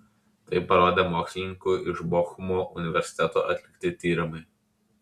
tai parodė mokslininkų iš bochumo universiteto atlikti tyrimai